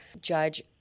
Judge